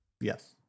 Yes